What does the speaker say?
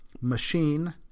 machine